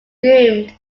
doomed